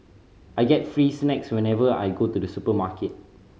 I get free snacks whenever I go to the supermarket